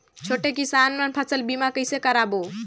छोटे किसान मन फसल बीमा कइसे कराबो?